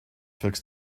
fix